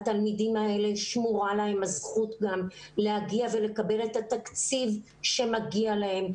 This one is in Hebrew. לתלמידים האלה שמורה הזכות גם להגיע ולקבל את התקציב שמגיע להם.